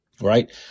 right